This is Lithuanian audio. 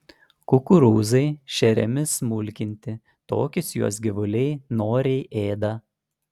kukurūzai šeriami smulkinti tokius juos gyvuliai noriai ėda